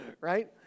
right